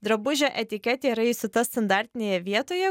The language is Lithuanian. drabužio etiketė yra įsiūta standartinėje vietoje